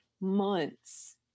months